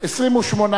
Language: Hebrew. להצביע.